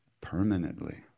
permanently